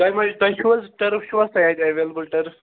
تۄہہِ ما تۅہہِ چھُو حظ ٹٔرٕف چھُوا تۄہہِ اتہِ ایٚویلِیبُل ٹٔرٕف